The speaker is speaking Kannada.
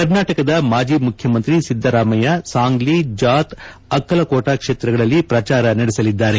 ಕರ್ನಾಟಕದ ಮಾಜಿ ಮುಖ್ಯಮಂತ್ರಿ ಸಿದ್ದರಾಮಯ್ಯ ಸಾಂಗ್ಲಿ ಜಾತ್ ಅಕ್ಕಲಕೋಟ ಕ್ಷೇತ್ರಗಳಲ್ಲಿ ಪ್ರಚಾರ ನಡೆಸಲಿದ್ದಾರೆ